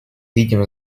видим